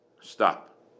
Stop